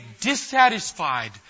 dissatisfied